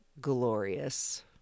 glorious